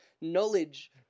knowledge